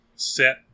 Set